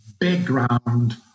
background